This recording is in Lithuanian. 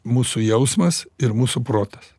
mūsų jausmas ir mūsų protas